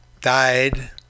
died